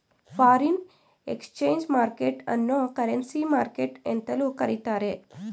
foreign exchange market ಅನ್ನೋ currency market ಎಂತಲೂ ಕರಿತ್ತಾರೆ